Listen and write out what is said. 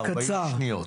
40 שניות.